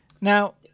Now